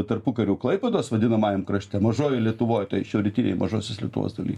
tarpukariu klaipėdos vadinamajam krašte mažojoj lietuvoj tai čia rytinėj mažosios lietuvos daly